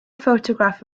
photograph